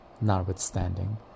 notwithstanding